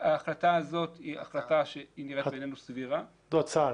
ההחלטה הזאת היא החלטה שנראית בעינינו סבירה --- זו הצעה,